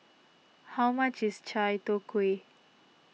how much is Chai Tow Kuay